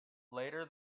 later